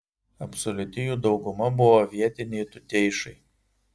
absoliuti jų dauguma buvo vietiniai tuteišai